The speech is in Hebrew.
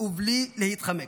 ובלי להתחמק.